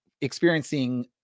experiencing